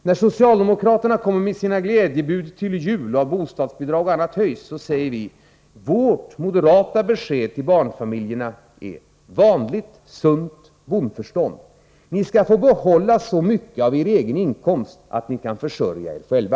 När socialdemokraterna till jul kommer med sina glädjebud om att bostadsbidrag och-andra bidrag skall höjas, säger vi att vårt moderata besked till barnfamiljerna är vanligt, sunt bondförstånd: Ni skall få behålla så mycket av er egen inkomst att ni kan försörja er själva.